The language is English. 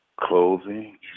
clothing